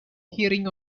hearing